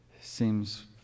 seems